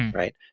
right?